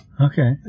Okay